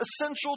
Essential